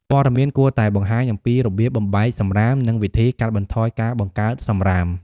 ព័ត៌មានគួរតែបង្ហាញអំពីរបៀបបំបែកសំរាម និងវិធីកាត់បន្ថយការបង្កើតសំរាម។